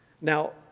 Now